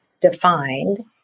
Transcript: defined